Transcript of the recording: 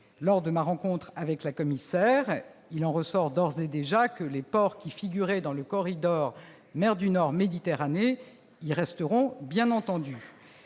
lors de ma rencontre avec la commissaire. Il en ressort d'ores et déjà que les ports qui figuraient dans le corridor mer du Nord-Méditerranée y resteront. Je le redis,